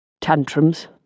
Tantrums